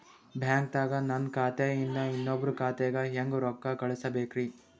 ಬ್ಯಾಂಕ್ದಾಗ ನನ್ ಖಾತೆ ಇಂದ ಇನ್ನೊಬ್ರ ಖಾತೆಗೆ ಹೆಂಗ್ ರೊಕ್ಕ ಕಳಸಬೇಕ್ರಿ?